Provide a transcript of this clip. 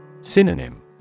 Synonym